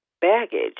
baggage